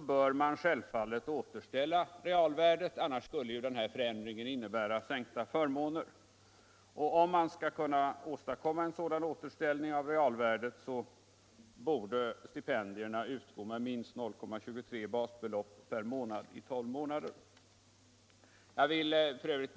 bör man självfallet återställa realvärdet, annars skulle förändringen innebära sänkta förmåner. Om man skall kunna åstadkomma en sådan återställning av realvärdet bör stipendierna utgå med minst 0,23 basbelopp per månad i tolv månader. Jag vill f.ö.